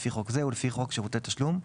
לפי חוק זה ולפי חוק שירותי תשלום,